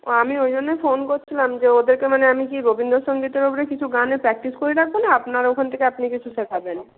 ও আমি ওই জন্যই ফোন করছিলাম যে ওদেরকে মানে আমি কি রবীন্দ্রসঙ্গীতের ওপরে কিছু গানে প্র্যাকটিস করিয়ে রাখবো না আপনারা ওখান থেকে আপনি কিছু শেখাবেন